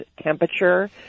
temperature